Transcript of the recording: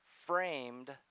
framed